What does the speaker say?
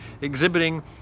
exhibiting